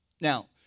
now